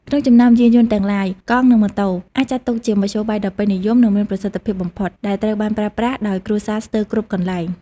ក្នុងចំណោមយានយន្តទាំងឡាយ កង់ និងម៉ូតូ អាចចាត់ទុកជាមធ្យោបាយដ៏ពេញនិយម និងមានប្រសិទ្ធភាពបំផុត ដែលត្រូវបានប្រើប្រាស់ដោយគ្រួសារស្ទើរគ្រប់កន្លែង។